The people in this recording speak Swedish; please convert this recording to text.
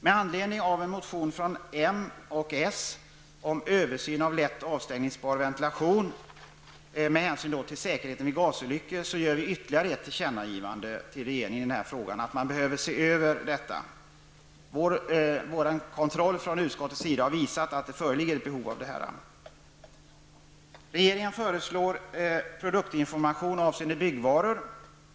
Med anledning av en motion från moderaterna och socialdemokraterna om en översyn av lätt avstängningsbar ventilation med tanke på säkerheten vid gasolyckor gör vi ytterligare tillkännagivande till regeringen, nämligen att man bör se över denna fråga. Vår kontroll från utskottets sida har visat att det föreligger ett sådant behov. Regeringen föreslår produktinformation avseende byggvaror.